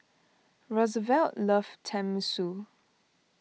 Rosevelt loves Tenmusu